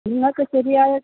നിങ്ങൾക്ക് ശരിയായ